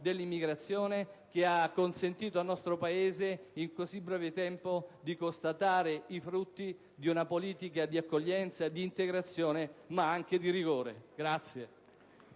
dell'immigrazione che ha consentito al nostro Paese, in così breve tempo, di constatare i frutti di una politica di accoglienza, di integrazione ma anche di rigore.